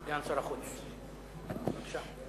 סגן שר החוץ, בבקשה.